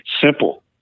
Simple